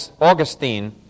Augustine